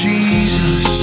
Jesus